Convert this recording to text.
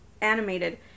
animated